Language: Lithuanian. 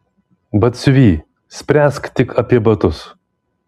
batsiuvy spręsk tik apie batus